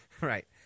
Right